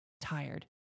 tired